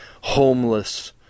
Homeless